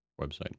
website